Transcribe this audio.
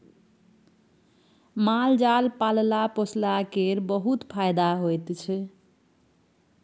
माल जाल पालला पोसला केर बहुत फाएदा होइ छै